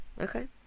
okay